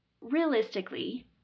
Realistically